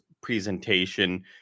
presentation